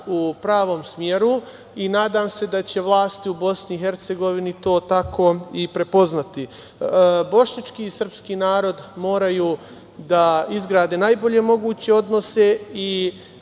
u pravom smeru i nadam se da će vlasti u Bosni i Hercegovini to tako i prepoznati. Bošnjački i srpski narod moraju da izgrade najbolje moguće odnose i